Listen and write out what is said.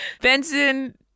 Benson